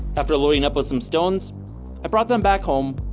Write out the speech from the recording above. after loading up with some stones i brought them back home,